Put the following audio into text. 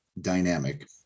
dynamic